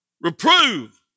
Reprove